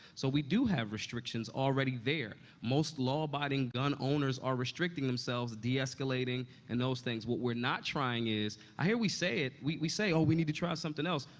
so we do have restrictions already there. most law-abiding gun owners are restricting themselves, de-escalating, and those things. what we're not trying is i hear we say it. we say, oh, we need to try something else.